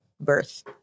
birth